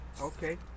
Okay